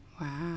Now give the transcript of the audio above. Wow